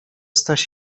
staś